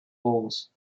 bulls